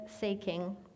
Seeking